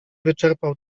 wyczerpał